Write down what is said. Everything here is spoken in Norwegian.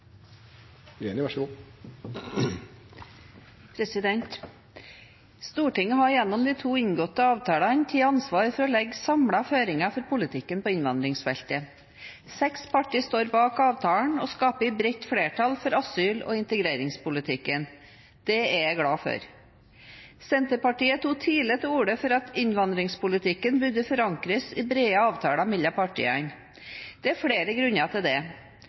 innvandringsfeltet. Seks partier står bak avtalen og skaper et bredt flertall for asyl- og integreringspolitikken. Det er jeg glad for. Senterpartiet tok tidlig til orde for at innvandringspolitikken burde forankres i brede avtaler mellom partiene. Det er flere grunner til det.